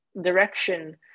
direction